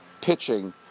pitching